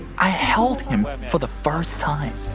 i held him um for the first time.